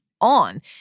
on